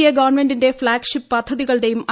A ഗവൺമെന്റിന്റെ flagship പദ്ധതികളുടെയും വിളിച്ചു